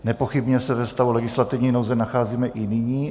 Nepochybně se ve stavu legislativní nouze nacházíme i nyní.